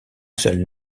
seules